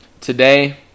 Today